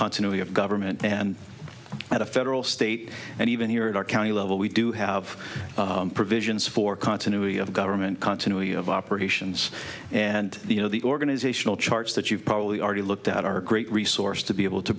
continuity of government and at a federal state and even here at our county level we do have provisions for continuity of government continuity of operations and you know the organizational charts that you've probably already looked at are great resource to be able to